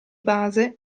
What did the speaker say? base